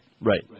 Right